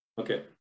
Okay